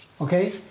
Okay